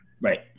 Right